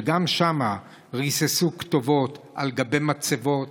שגם שם ריססו כתובות על גבי מצבות.